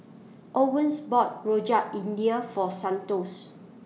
Owens bought Rojak India For Santos